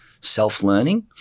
self-learning